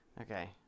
Okay